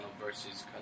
versus